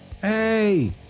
Hey